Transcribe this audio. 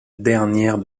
dernière